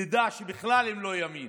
נדע שבכלל הם לא ימין